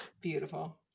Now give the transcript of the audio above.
beautiful